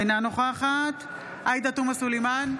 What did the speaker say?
אינה נוכחת עאידה תומא סלימאן,